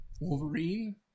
Wolverine